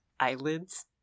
eyelids